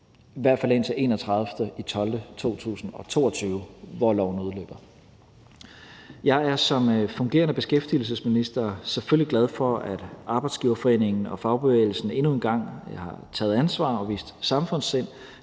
i hvert fald indtil den 31. december 2022, hvor loven udløber. Jeg er som fungerende beskæftigelsesminister selvfølgelig glad for, at arbejdsgiverforeningen og fagbevægelsen endnu en gang har taget ansvar og vist samfundssind,